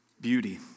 beauty